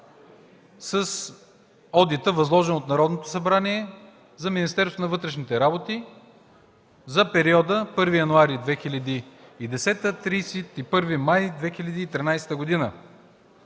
с одита, възложен от Народното събрание за Министерството на вътрешните работи за периода от 1 януари 2010 г. до 31 май 2013 г.